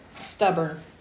Stubborn